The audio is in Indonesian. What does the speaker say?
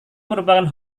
merupakan